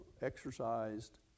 exercised